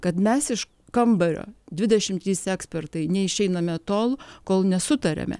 kad mes iš kambario dvidešim trys ekspertai neišeiname tol kol nesutariame